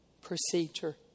procedure